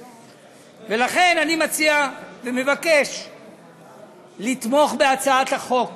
ולכן, אני מציע ומבקש לתמוך בהצעת החוק